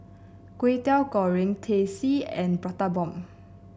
Kway Teow Goreng Teh C and Prata Bomb